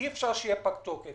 אי אפשר שיהיה פג תוקף.